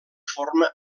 forma